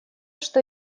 что